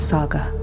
Saga